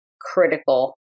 critical